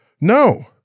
No